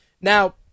Now